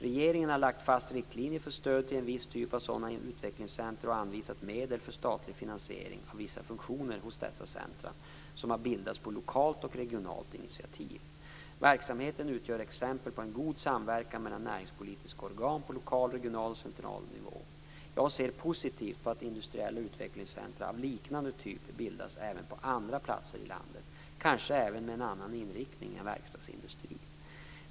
Regeringen har lagt fast riktlinjer för stöd till en viss typ av sådana utvecklingscentrum och anvisat medel för statlig finansiering av vissa funktioner hos dessa centrum som har bildats på lokalt och regionalt initiativ. Verksamheten utgör exempel på en god samverkan mellan näringspolitiska organ på lokal, regional och central nivå. Jag ser positivt på att industriella utvecklingscentrum av liknande typ bildas även på andra platser i landet, kanske även med en annan inriktning än verkstadsindustri.